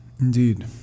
Indeed